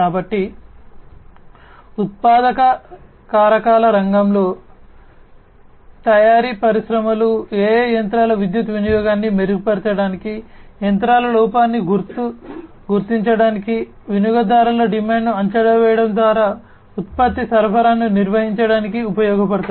కాబట్టి ఉత్పాదక కారకాల రంగంలో తయారీ పరిశ్రమలు AI యంత్రాల విద్యుత్ వినియోగాన్ని మెరుగుపరచడానికి యంత్రాల లోపాన్ని గుర్తించడానికి వినియోగదారుల డిమాండ్ను అంచనా వేయడం ద్వారా ఉత్పత్తి సరఫరాను నిర్వహించడానికి ఉపయోగపడతాయి